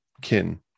kin